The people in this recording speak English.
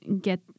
get